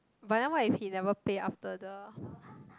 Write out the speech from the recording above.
but then what if he never pay after the